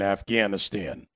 Afghanistan